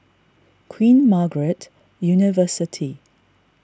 Queen Margaret University